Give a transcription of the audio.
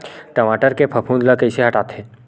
टमाटर के फफूंद ल कइसे हटाथे?